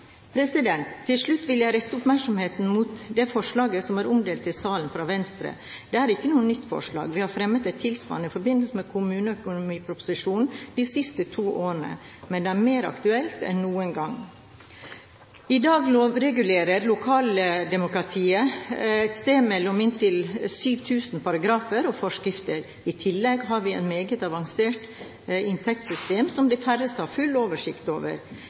Til slutt vil jeg rette oppmerksomheten mot forslaget som er omdelt i salen, fra Venstre. Det er ikke noe nytt forslag. Vi har fremmet et tilsvarende i forbindelse med kommuneproposisjonen de siste to årene, men det er mer aktuelt enn noen gang. I dag lovreguleres lokaldemokratiet av inntil 7 000 paragrafer og forskrifter. I tillegg har vi et meget avansert inntektssystem, som de færreste har full oversikt over.